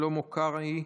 שלמה קרעי,